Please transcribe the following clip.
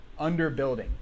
underbuilding